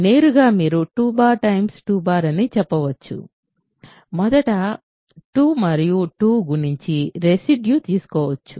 నేరుగా మీరు 2 2 అని చెప్పవచ్చు మొదట 2 మరియు 2 గుణించి రెసిడ్యూ తీసుకోవచ్చు